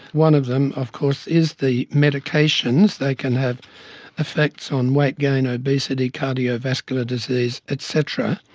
one of them of course is the medications, they can have effects on weight gain, obesity, cardiovascular disease, et cetera.